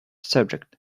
subject